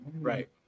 right